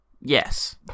Yes